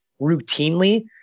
routinely